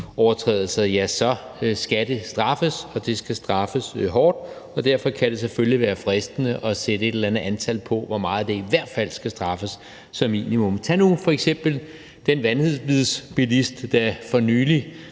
lovovertrædelser, og at det skal straffes hårdt. Derfor kan det selvfølgelig være fristende at sætte et eller andet antal på, i forhold til hvor meget det i hvert fald skal straffes som minimum. Tag nu f.eks. den vanvidsbilist, der for nylig